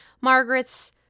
Margaret's